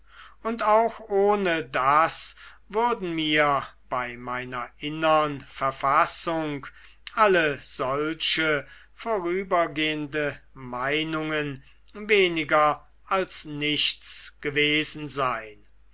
und auch ohne das würden mir bei meiner innern verfassung alle solche vorübergehende meinungen weniger als nichts gewesen sein